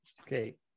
Okay